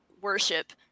worship